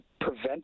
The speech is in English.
prevent